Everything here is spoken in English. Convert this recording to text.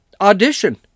audition